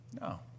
No